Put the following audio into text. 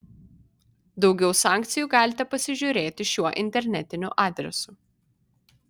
daugiau sankcijų galite pasižiūrėti šiuo internetiniu adresu